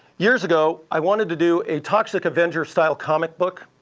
years ago, i wanted to do a toxic avenger style comic book.